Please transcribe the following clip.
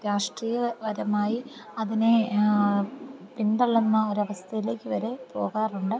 രാഷ്ട്രീയപരമായി അതിനെ പിന്തള്ളുന്ന ഒരു അവസ്ഥയിലേക്ക് വരെ പോകാറുണ്ട്